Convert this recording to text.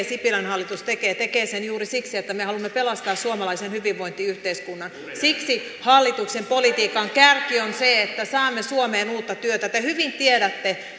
sipilän hallitus tekee tekee se tekee juuri siksi että me haluamme pelastaa suomalaisen hyvinvointiyhteiskunnan siksi hallituksen politiikan kärki on se että saamme suomeen uutta työtä te hyvin tiedätte